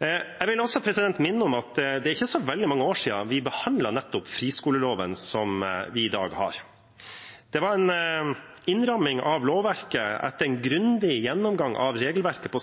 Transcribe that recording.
Jeg vil også minne om at det ikke er så veldig mange år siden vi behandlet friskoleloven som vi i dag har. Det var en innramming av lovverket etter en i sin tid grundig gjennomgang av regelverket